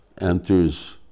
Enters